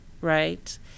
right